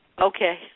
Okay